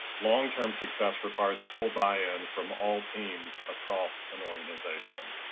long-term success requires full buy-in from all teams across an organization.